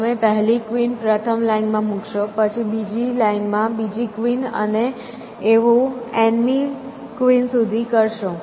તમે પહેલી કવિન પ્રથમ લાઈનમાં મૂકશો પછી બીજી લાઈનમાં બીજી કવિન અને એવું nમી કવિન સુધી કરશો